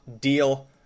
deal